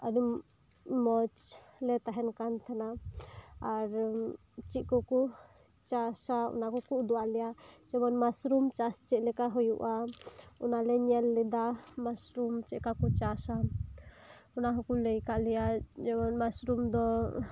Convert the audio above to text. ᱟᱹᱰᱤ ᱢᱚᱡᱽ ᱞᱮ ᱛᱟᱦᱮᱱ ᱠᱟᱱ ᱛᱟᱦᱮᱸᱱᱟ ᱟᱨ ᱪᱮᱫ ᱠᱚᱠᱚ ᱪᱟᱥᱟ ᱚᱱᱟ ᱠᱚᱠᱚ ᱩᱫᱩᱜ ᱟᱫ ᱞᱮᱭᱟ ᱡᱮᱢᱚᱱ ᱢᱟᱥᱨᱩᱢ ᱪᱟᱥ ᱪᱮᱫᱞᱮᱠᱟ ᱦᱩᱭᱩᱜᱼᱟ ᱚᱱᱟᱞᱮ ᱧᱮᱞ ᱞᱮᱫᱟ ᱢᱟᱥᱨᱩᱢ ᱪᱮᱫ ᱞᱮᱠᱟ ᱠᱚ ᱪᱟᱥᱟ ᱚᱱᱟ ᱦᱚᱸᱠᱚ ᱞᱟᱹᱭ ᱟᱠᱟᱫ ᱞᱮᱭᱟ ᱡᱮᱢᱚᱱ ᱢᱟᱥᱨᱩᱢ ᱫᱚ